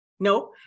No